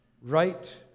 right